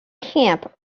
camp